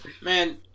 man